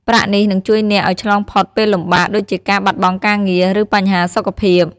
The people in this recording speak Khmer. ប្រាក់នេះនឹងជួយអ្នកឱ្យឆ្លងផុតពេលលំបាកដូចជាការបាត់បង់ការងារ ឬបញ្ហាសុខភាព។